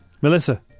Melissa